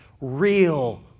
real